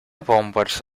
bombers